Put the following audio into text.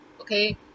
okay